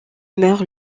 meurt